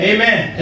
Amen